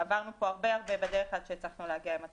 ועברנו פה דרך ארוכה עד שהצלחנו להגיע עם התקנות.